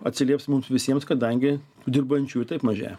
atsilieps mums visiems kadangi dirbančių ir taip mažėja